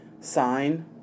sign